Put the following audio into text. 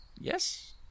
yes